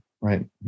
right